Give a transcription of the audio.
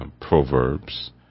proverbs